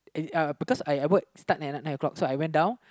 uh because I I work start at nine O-clock so I went down